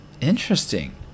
interesting